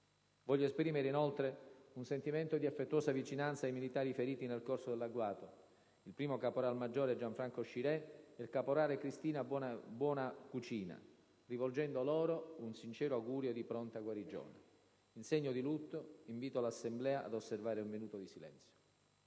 Voglio esprimere, inoltre, un sentimento di affettuosa vicinanza ai militari feriti nel corso dell'agguato, il primo caporalmaggiore Gianfranco Scirè e il caporale Cristina Buonacucina, rivolgendo loro un sincero augurio di pronta guarigione. In segno di lutto, invito l'Assemblea a osservare un minuto di silenzio.